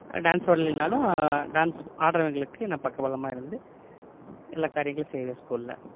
dance வரலின்னாலும் dance ஆடுறவங்களுக்கு நான் பக்கபலமாக இருந்து எல்லா காரியங்களும் செய்வேன் ஸ்கூல்ல